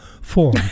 form